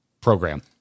program